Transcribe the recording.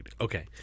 Okay